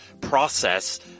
process